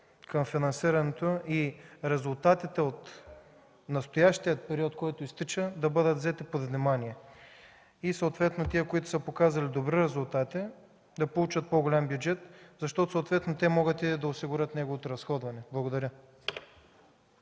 към финансирането и резултатите от настоящия период, който изтича, да бъдат взети под внимание? И съответно тези, които са показали добри резултати, да получат по-голям бюджет, защото те могат да осигурят неговото разходване. Благодаря